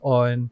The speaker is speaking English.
on